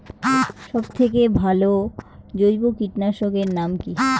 সব থেকে ভালো জৈব কীটনাশক এর নাম কি?